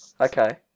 Okay